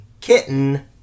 kitten